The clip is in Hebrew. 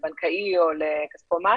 לבנקאי או לכספומט